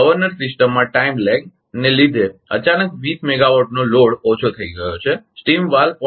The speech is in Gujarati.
ગવર્નર સિસ્ટમમાં ટાઇમ લેગસમયાન્તર ને લીધે અચાનક 20 મેગાવાટનો ભારલોડ ઓછો થઈ ગયો છે સ્ટીમ વાલ્વ 0